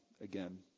again